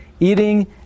Eating